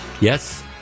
Yes